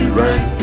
right